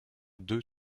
deux